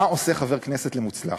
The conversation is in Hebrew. מה עושה חבר כנסת למוצלח?